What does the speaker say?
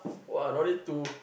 !wah! don't need to